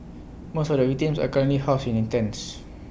most of the victims are currently housed in tents